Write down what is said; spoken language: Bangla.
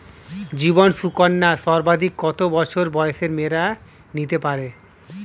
জীবন সুকন্যা সর্বাধিক কত বছর বয়সের মেয়েরা নিতে পারে?